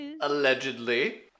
Allegedly